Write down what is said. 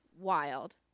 wild